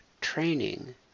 training